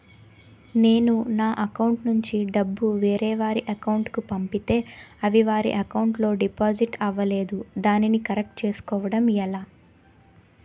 నేను నా అకౌంట్ నుండి డబ్బు వేరే వారి అకౌంట్ కు పంపితే అవి వారి అకౌంట్ లొ డిపాజిట్ అవలేదు దానిని కరెక్ట్ చేసుకోవడం ఎలా?